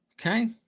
Okay